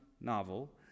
novel